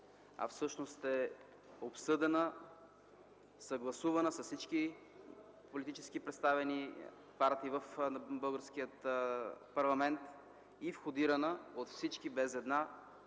а е обсъдена и съгласувана с всички политически представени партии в българския парламент. Входирана е от всички, (без една